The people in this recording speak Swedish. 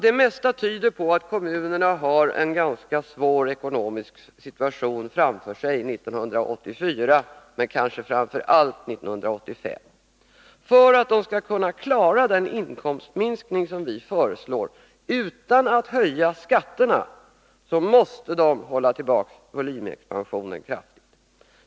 Det mesta tyder på att kommunerna har en ganska svår ekonomisk situation framför sig under 1984 men kanske framför allt 1985. För att de skall kunna klara den inkomstminskning som vi föreslår utan att höja skatterna måste de hålla tillbaka volymexpansionen kraftigt.